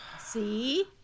See